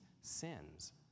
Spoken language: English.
sins